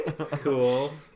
cool